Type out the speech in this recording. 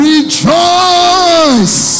Rejoice